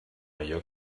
allò